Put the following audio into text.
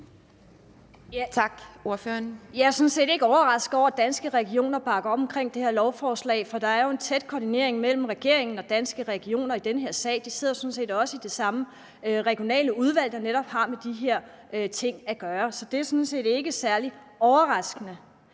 set ikke overrasket over, at Danske Regioner bakker op om det her lovforslag, for der er jo en tæt koordinering mellem regeringen og Danske Regioner i den her sag. De sidder sådan set også i det samme regionale udvalg, der netop har med de her ting at gøre. Så det er sådan set ikke særlig overraskende.